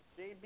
JB